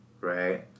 Right